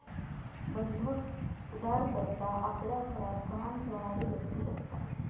बंधक उधारकर्ता आपल्या घराक गहाण ठेवणारी व्यक्ती असता